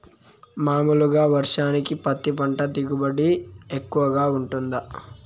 మామూలుగా వర్షానికి పత్తి పంట దిగుబడి ఎక్కువగా గా వుంటుందా?